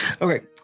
okay